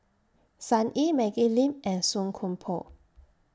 Sun Yee Maggie Lim and Song Koon Poh